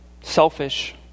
selfish